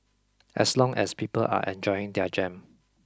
as long as people are enjoying their jam